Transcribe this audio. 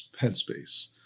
headspace